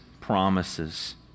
promises